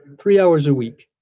three hours a week.